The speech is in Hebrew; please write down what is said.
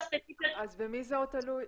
אז במי עוד זה תלוי?